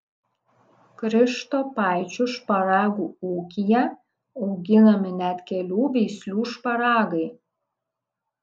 krištopaičių šparagų ūkyje auginami net kelių veislių šparagai